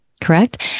correct